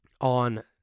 on